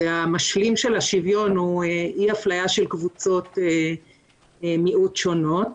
המשלים של השוויון הוא אי-אפליה של קבוצות מיעוט שונות.